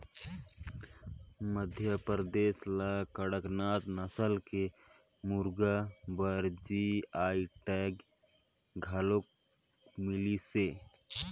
मध्यपरदेस ल कड़कनाथ नसल के मुरगा बर जी.आई टैग घलोक मिलिसे